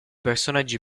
personaggi